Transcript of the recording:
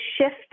shift